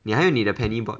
你还有你的 penny board